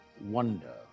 Wonder